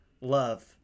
love